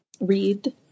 read